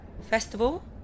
festival